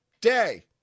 Day